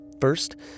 First